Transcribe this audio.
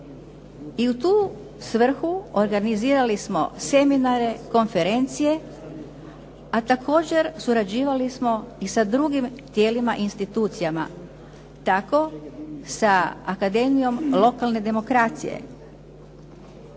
i u tu svrhu organizirali smo seminare, konferencije, a također surađivali smo i sa drugim tijelima, institucijama, tako sa Akademijom lokalne demokracije.